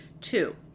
two